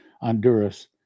Honduras